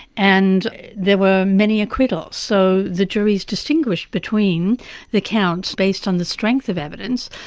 and there were many acquittals. so the juries distinguished between the counts based on the strength of evidence.